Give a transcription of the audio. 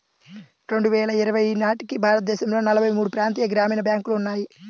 రెండు వేల ఇరవై నాటికి భారతదేశంలో నలభై మూడు ప్రాంతీయ గ్రామీణ బ్యాంకులు ఉన్నాయి